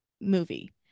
movie